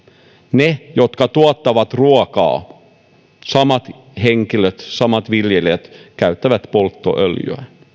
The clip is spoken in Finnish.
ne jotka tuottavat ruokaa samat henkilöt samat viljelijät käyttävät polttoöljyä